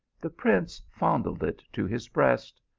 the prince fondled it to his breast.